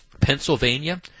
Pennsylvania